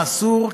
מה אסור,